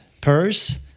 Purse